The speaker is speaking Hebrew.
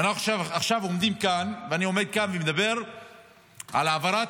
עכשיו אני עומד כאן ומדבר על העברה.